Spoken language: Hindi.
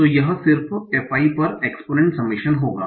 तो यह सिर्फ f i पर एक्सपोनेन्ट समैशन होगा